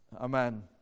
Amen